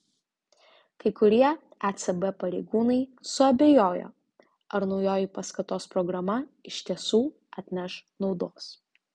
kai kurie ecb pareigūnai suabejojo ar naujoji paskatos programa iš tiesų atneš naudos